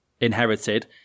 inherited